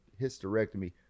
hysterectomy